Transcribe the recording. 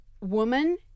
woman